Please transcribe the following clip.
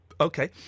Okay